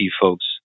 folks